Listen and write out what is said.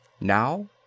Now